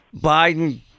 Biden